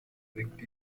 winkt